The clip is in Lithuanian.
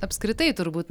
apskritai turbūt